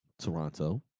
Toronto